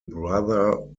brother